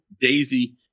Daisy